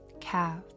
calf